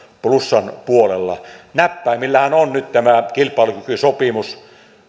plussan puolella näppäimillähän on nyt tämä kilpailukykysopimus